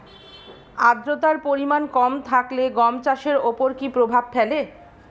আদ্রতার পরিমাণ কম থাকলে গম চাষের ওপর কী প্রভাব ফেলে?